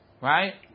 right